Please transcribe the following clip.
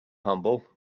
humble